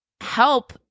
help